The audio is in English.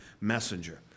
messenger